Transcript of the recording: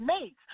mates